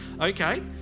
Okay